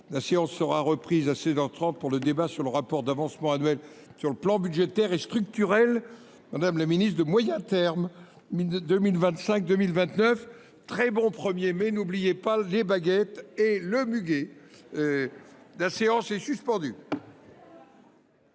La séance sera reprise à 16h30 pour le débat sur le rapport d'avancement annuel sur le plan budgétaire et structurel. Madame la Ministre, de moyen terme, 2025-2029, très bon 1er mai, n'oubliez pas, les baguettes et le muguet. La séance est suspendue.